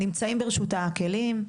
נמצאים ברשותה הכלים.